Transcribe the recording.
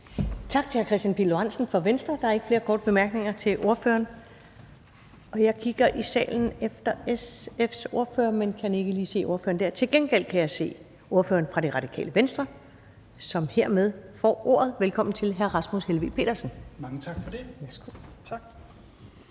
Tak til hr. Kristian Pihl Lorentzen fra Venstre. Der er ikke flere korte bemærkninger til ordføreren. Nu kigger jeg i salen efter SF's ordfører, men kan ikke lige se ordføreren. Til gengæld kan jeg se ordføreren fra Radikale Venstre, som hermed får ordet. Velkommen til hr. Rasmus Helveg Petersen. Kl. 14:38 (Ordfører)